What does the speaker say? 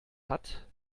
hat